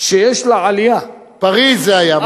שיש לעלייה, פריס זה היה.